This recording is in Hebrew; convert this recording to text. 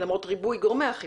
למרות ריבוי גורמי האכיפה,